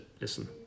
listen